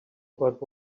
about